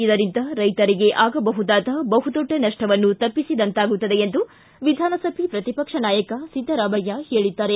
ಇದರಿಂದ ರೈತರಿಗೆ ಆಗಬಹುದಾದ ಬಹುದೊಡ್ಡ ನಷ್ಷವನ್ನು ತಪ್ಪಿಸಿದಂತಾಗುತ್ತದೆ ಎಂದು ವಿಧಾನಸಭೆ ಪ್ರತಿಪಕ್ಷ ನಾಯಕ ಸಿದ್ದರಾಮಯ್ಯ ಹೇಳಿದ್ದಾರೆ